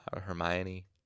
Hermione